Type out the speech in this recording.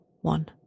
one